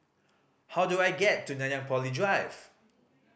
how do I get to Nanyang Poly Drive